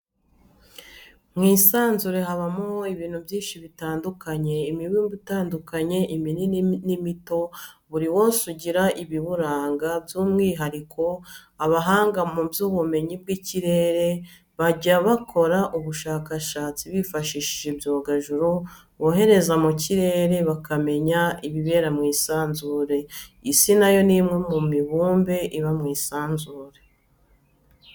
Mu isanzure habamo ibintu byinshi harimo imibumbe itandukanye iminini n'imito buri wose ugira ibiwuranga by'umwihariko abahanga mu by'ubumenyi bw'ikirere bajya abakora ubushakashatsi bifashishije ibyogajuru bohereza mu kirere bakamenya ibibera mw'isanzure, isi nayo ni umwe mu mibumbe iba mw'isanzure.